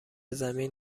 زمین